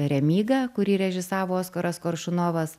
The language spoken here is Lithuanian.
remyga kurį režisavo oskaras koršunovas